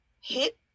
hit